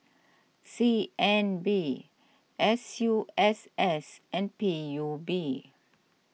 C N B S U S S and P U B